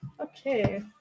Okay